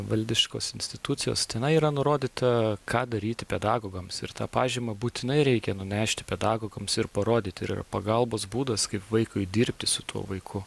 valdiškos institucijos tenai yra nurodyta ką daryti pedagogams ir tą pažymą būtinai reikia nunešti pedagogams ir parodyti ir yra pagalbos būdus kaip vaikui dirbti su tuo vaiku